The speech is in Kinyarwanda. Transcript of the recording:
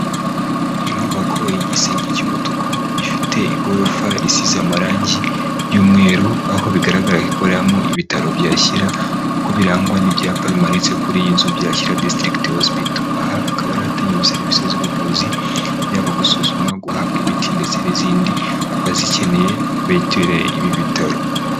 Inyubako y'igisengenyi cy'umutuku ifite igorofa isize amarangi y'umweru aho bigaragara ko ikoreramo ibitaro byashyira nkuko birangwa n'ibyapa bimanitse kuri iyi nzu byashyira district hospital aha akaba hatangirwa serivisi z'ubuvuzi yaba gusuzuma guhabwa imiti ndetse n'izindi ku bazikeneye batiye ibi bitaro.